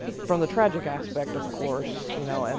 from the tragic aspect, of course, you know, and